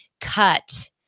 cut